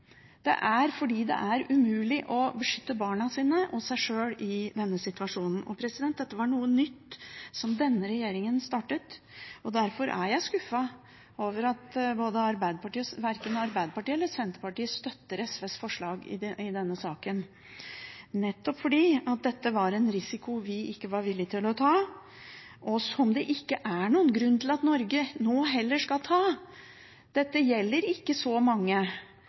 fordi det er umulig for dem å beskytte barna sine og seg sjøl i denne situasjonen. Og dette var noe nytt, som denne regjeringen startet, og derfor er jeg skuffet over at verken Arbeiderpartiet eller Senterpartiet støtter SVs forslag i denne saken, nettopp fordi dette var en risiko vi ikke var villige til å ta, og som det ikke er noen grunn til at Norge nå heller skal ta. Dette gjelder ikke så mange,